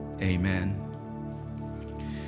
Amen